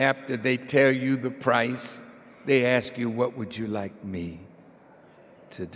after they tell you the price they ask you what would you like me to